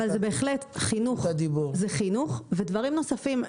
אבל זה בהחלט חינוך ודברים נוספים.